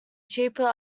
cheaper